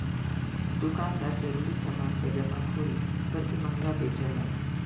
दुकानदार जरूरी समान क जमाखोरी करके महंगा बेचलन